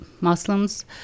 Muslims